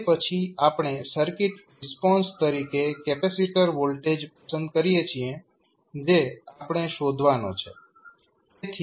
તે પછી આપણે સર્કિટ રિસ્પોન્સ તરીકે કેપેસિટર વોલ્ટેજ પસંદ કરીએ છીએ જે આપણે શોધવાનો છે